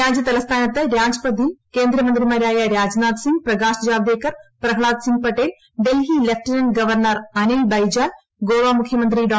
രാജ്യതലസ്ഥാനത്ത് രാജ്പഥിൽ കേന്ദ്രമന്ത്രിമാരായ Rajnath Singh Prakash Javadekar Prahlad Singh Patel Delhi lieutenant governor Anil Baijal Goa മുഖ്യമന്ത്രി ഡോ